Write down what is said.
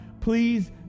please